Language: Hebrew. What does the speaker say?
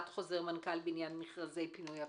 חוזר מנכ"ל בעניין מכרזי פינוי הפסולת?